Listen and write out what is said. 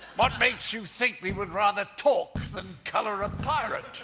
what makes you think we would rather talk than color a pirate?